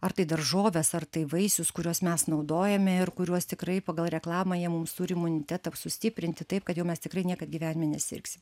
ar tai daržoves ar tai vaisius kuriuos mes naudojame ir kuriuos tikrai pagal reklamą jie mums turi imunitetą sustiprinti taip kad jau mes tikrai niekad gyvenime nesirgsim